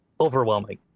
overwhelming